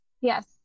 Yes